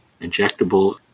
injectable